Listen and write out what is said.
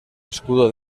escudo